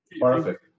Perfect